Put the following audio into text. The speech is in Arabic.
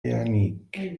يعنيك